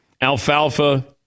Alfalfa